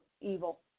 evil